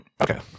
Okay